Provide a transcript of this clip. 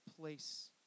place